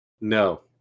No